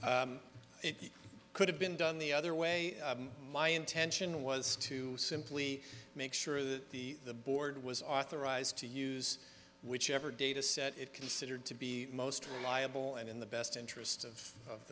it could have been done the other way my intention was to simply make sure that the the board was authorized to use whichever data set it considered to be most reliable and in the best interests of